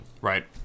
Right